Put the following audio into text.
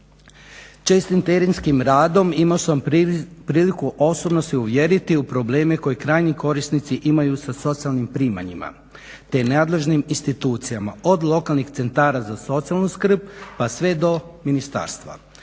Čestim terenskim radom imao sam priliku osobno se uvjeriti u probleme koje krajnji korisnici imaju sa socijalnim primanjima te nadležnih institucijama, od lokalnih centara za socijalnu skrb pa sve do ministarstva.